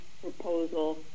proposal